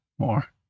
More